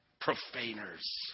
Profaners